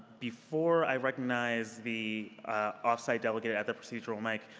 before i recognize the off-site delegate at the procedural mic,